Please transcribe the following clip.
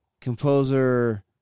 Composer